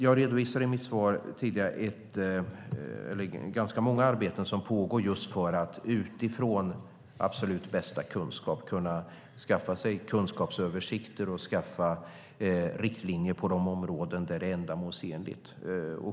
Jag redovisade i mitt svar ganska många arbeten som pågår just för att utifrån absolut bästa kunskap kunna skaffa sig kunskapsöversikter och riktlinjer på de områden där det är ändamålsenligt.